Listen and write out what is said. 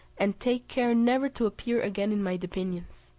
and take care never to appear again in my dominions.